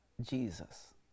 Jesus